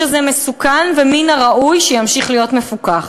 הזה מסוכן ומן הראוי שימשיך להיות מפוקח".